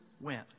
went